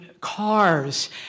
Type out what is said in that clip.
cars